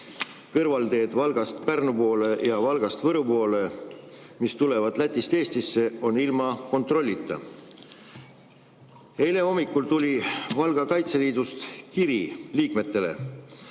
kõrvalteed Valgast Pärnu poole ja Valgast Võru poole, mis tulevad Lätist Eestisse, on ilma kontrollita. Eile hommikul tuli Valga Kaitseliidust liikmetele